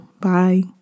Bye